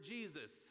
Jesus